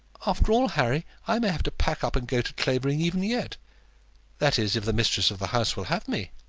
after all, harry, i may have to pack up and go to clavering even yet that is, if the mistress of the house will have me.